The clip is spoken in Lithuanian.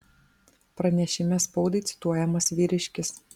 pranešime spaudai cituojamas vyriškis